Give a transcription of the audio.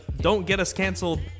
don't-get-us-canceled